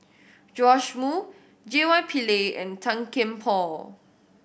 Joash Moo J Y Pillay and Tan Kian Por